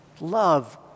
Love